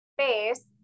space